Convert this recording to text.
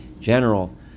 general